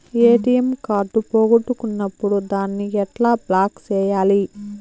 ATM card పోగొట్టుకున్నప్పుడు దాన్ని ఎట్లా బ్లాక్ సేయాలి